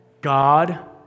God